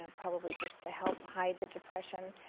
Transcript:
and probably just to help hide the depression.